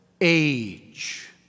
age